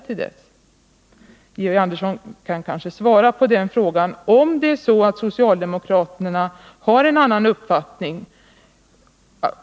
Georg Andersson kanske kan svara på de frågorna.